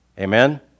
Amen